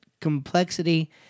complexity